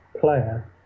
player